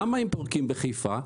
למה הם פורקים בחיפה?